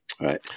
right